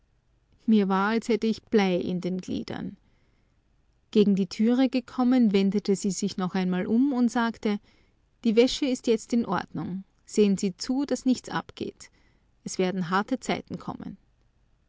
mir war als hätte ich blei in den gliedern gegen die türe gekommen wendete sie sich noch einmal um und sagte die wäsche ist jetzt in ordnung sehen sie zu daß nichts abgeht es werden harte zeiten kommen